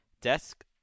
desk